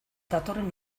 datorren